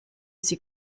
sie